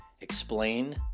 explain